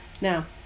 Now